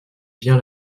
bien